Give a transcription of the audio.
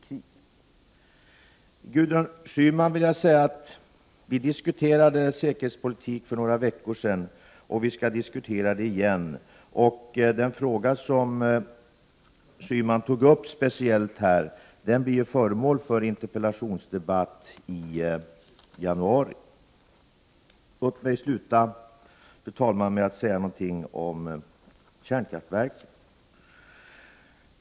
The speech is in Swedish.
Till Gudrun Schyman vill jag säga att vi diskuterade säkerhetspolitik för några veckor sedan, och vi skall göra det igen. Den fråga som Gudrun Schyman speciellt tog upp blir föremål för en interpellationsdebatt i januari. Låt mig, fru talman, säga något om kärnkraftverken.